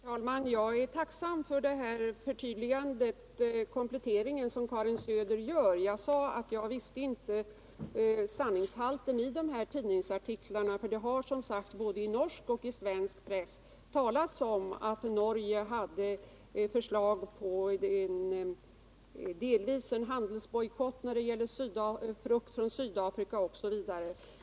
Herr talman! Jag är tacksam för Karin Söders komplettering. I mitt anförande sade jag att jag inte kände till sanningshalten i tidningsartiklarna. Det har, som sagt, både i norsk och svensk press talats om att Norge bl.a. föreslagit en handelsbojkott när det gäller frukt från Sydafrika.